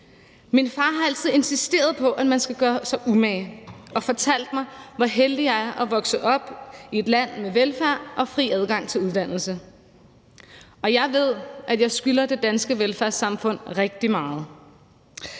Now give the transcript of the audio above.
Min far har altid insisteret på, at man skal gøre sig umage, og fortalt mig, hvor heldig jeg er at vokse op i et land med velfærd og fri adgang til uddannelse. Jeg ved, at jeg skylder det danske velfærdssamfund rigtig meget.